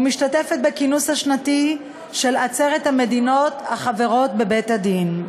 ומשתתפת בכינוס השנתי של עצרת המדינות החברות בבית-הדין,